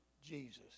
Jesus